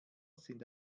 sind